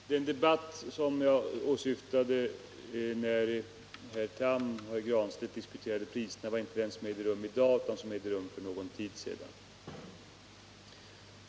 Herr talman! Den debatt som jag åsyftade då herr Tham och herr Granstedt diskuterade priserna var inte den som ägde rum i dag utan den som ägde rum för någon tid sedan.